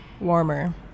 warmer